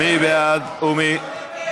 מי בעד ומי,